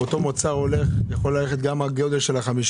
אותו מוצר יכול ללכת גם בגודל של 50